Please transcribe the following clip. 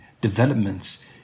developments